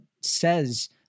says